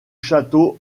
château